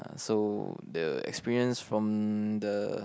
so the experience from the